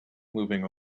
moving